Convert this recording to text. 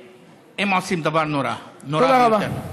והם עושים דבר נורא, נורא ביותר.